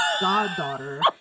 goddaughter